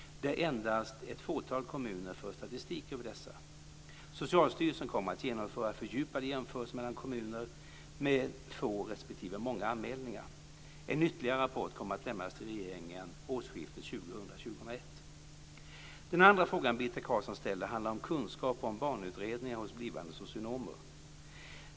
Endast ett fåtal kommuner för statistik över dessa. Socialstyrelsen kommer att genomföra fördjupade jämförelser mellan kommuner med få respektive många anmälningar. En ytterligare rapport kommer att lämnas till regeringen årsskiftet 2000/2001. Den andra frågan Birgitta Carlsson ställer handlar om kunskaper om barnutredningar hos blivande socionomer.